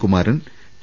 Kumaran T